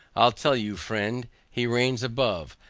i'll tell you friend, he reigns above,